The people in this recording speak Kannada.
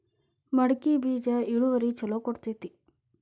ಮಡಕಿ ಬೇಜ ಇಳುವರಿ ಛಲೋ ಕೊಡ್ತೆತಿ?